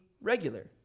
regular